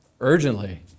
urgently